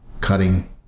cutting